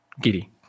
Giddy